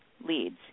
leads